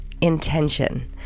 intention